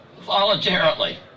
voluntarily